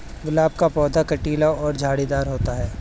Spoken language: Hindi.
गुलाब का पौधा कटीला और झाड़ीदार होता है